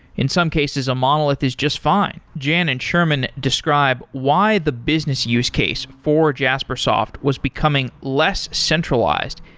in some cases, a monolith is just fine jan and sherman describe why the business use case for jaspersoft was becoming less centralized,